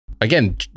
again